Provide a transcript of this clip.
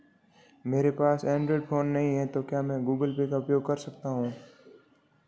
अगर मेरे पास एंड्रॉइड फोन नहीं है तो क्या मैं गूगल पे का उपयोग कर सकता हूं?